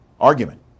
argument